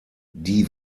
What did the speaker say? die